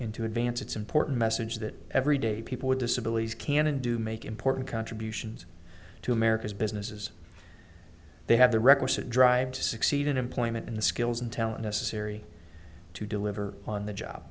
in to advance it's important message that every day people with disabilities can and do make important contributions to america's businesses they have the requisite drive to succeed in employment in the skills and talent necessary to deliver on the job